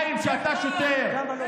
אלפי קילומטרים עד שתגיע למה שהוא עשה.